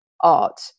art